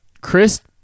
Chris